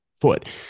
foot